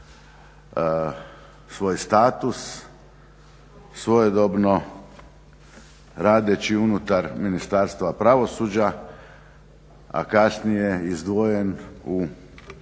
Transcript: svoj status svojedobno radeći unutar Ministarstva pravosuđa a kasnije izdvojen u